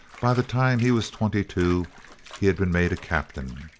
by the time he was twenty-two, he had been made a captain.